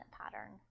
pattern